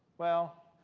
well,